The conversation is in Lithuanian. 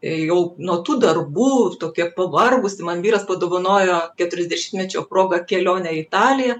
jau nuo tų darbų tokia pavargusi man vyras padovanojo keturiasdešimtmečio proga kelionę į italiją